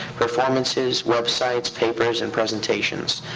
performances, websites, papers, and presentations.